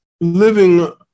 living